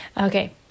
okay